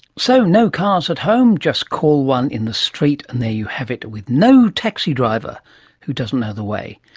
so, no cars at home, just call one in the street and there you have it, with no taxi driver who doesn't know the way.